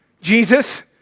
Jesus